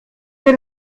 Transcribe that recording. wir